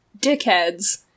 dickheads